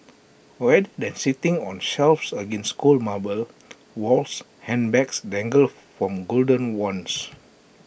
rather than sitting on shelves against cold marble walls handbags dangle from golden wands